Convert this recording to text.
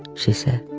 she said